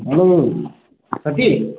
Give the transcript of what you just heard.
hello साथी